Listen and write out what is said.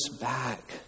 back